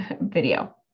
video